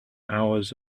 hours